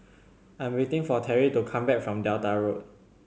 I am waiting for Teri to come back from Delta Road